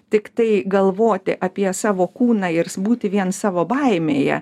tiktai galvoti apie savo kūną ir būti vien savo baimėje